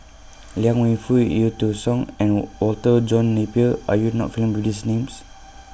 Liang Wenfu EU Tong Sen and Walter John Napier Are YOU not familiar with These Names